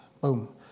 Boom